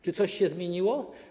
Czy coś się zmieniło?